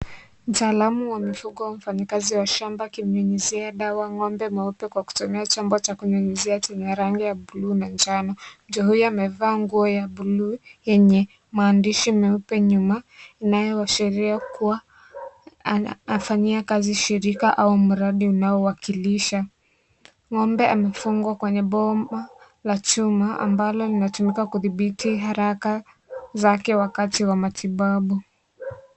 Mtaalamu wa mifugo, mfanyikazi wa shamba akimnyunyizia dawa ng'ombe mweupe kwa kutumia chombo cha kunyunyizia chenye rangi ya bluu na njano . Mtu huyo amevaa nguo ya bluu yenye maandishi meupe nyuma inayoashiria kuwa afanyia kazi shirika au mradi unaowakilisha . Ng'ombe amefungwa kwenye boma la chuma ambalo linatumika kudhibiti haraka zake wakati wa matibabu.